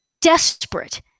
desperate